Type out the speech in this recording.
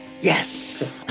yes